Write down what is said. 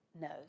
knows